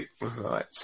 right